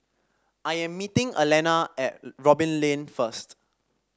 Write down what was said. I am meeting Elana at Robin Lane first